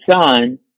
son